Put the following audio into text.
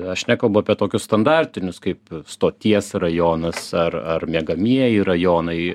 aš nekalbu apie tokius standartinius kaip stoties rajonas ar ar miegamieji rajonai